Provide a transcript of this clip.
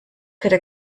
could